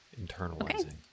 Internalizing